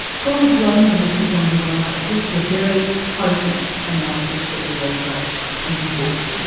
chronic loneliness is on the rise, this is a very potent analysis that you offer us in the book.